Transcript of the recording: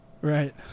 Right